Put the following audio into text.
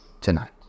tonight